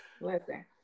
listen